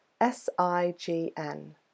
S-I-G-N